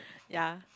ya